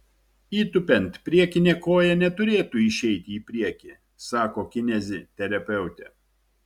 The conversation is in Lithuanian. įtūpiant priekinė koja neturėtų išeiti į priekį sako kineziterapeutė